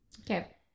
Okay